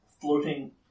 floating